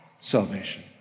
salvation